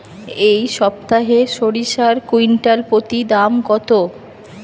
এই সপ্তাহে সরিষার কুইন্টাল প্রতি দাম কত?